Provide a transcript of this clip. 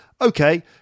Okay